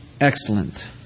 excellent